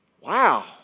wow